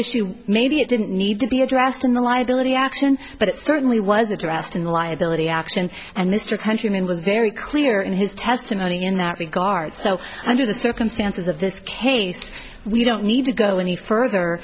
issue maybe it didn't need to be addressed in the liability action but it certainly was addressed in the liability action and mr countryman was very clear in his testimony in that regard so under the circumstances of this case we don't need to go any further